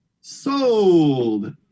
Sold